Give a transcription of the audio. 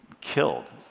killed